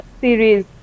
series